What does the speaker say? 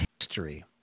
history